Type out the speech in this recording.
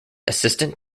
assistant